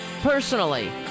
personally